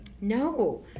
No